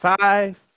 Five